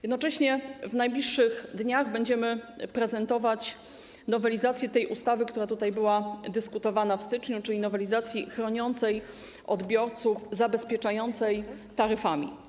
Jednocześnie w najbliższych dniach będziemy prezentować nowelizację tej ustawy, nad którą była tutaj dyskusja w styczniu, czyli nowelizację chroniącą odbiorców, zabezpieczającą ich taryfami.